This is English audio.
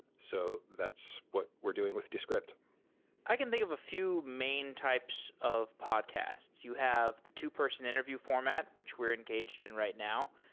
so that's what we're doing with descript i can think of a few main types of podcasts. you have the two-person interview format, which we're engaged in right now.